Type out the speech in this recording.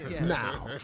Now